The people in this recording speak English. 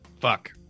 fuck